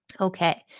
Okay